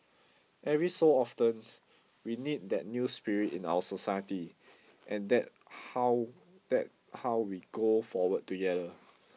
every so often we need that new spirit in our society and that how that how we go forward together